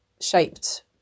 shaped